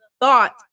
thought